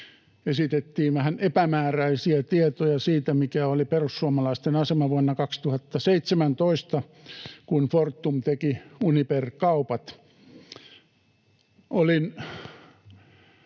esitettiin vähän epämääräisiä tietoja siitä, mikä oli perussuomalaisten asema vuonna 2017, kun Fortum teki Uniper-kaupat.